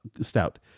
stout